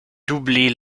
doubler